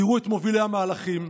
תראו את מובילי המהלכים,